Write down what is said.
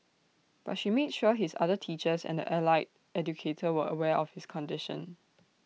but she made sure his other teachers and the allied educator were aware of his condition